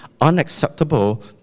unacceptable